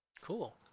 Cool